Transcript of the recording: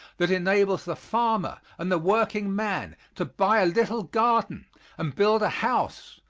that enables the farmer and the working man to buy a little garden and build a house,